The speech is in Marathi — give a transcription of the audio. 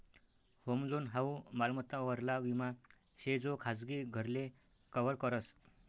होम लोन हाऊ मालमत्ता वरला विमा शे जो खाजगी घरले कव्हर करस